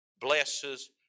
blesses